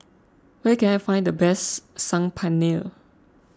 where can I find the best Saag Paneer